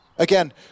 Again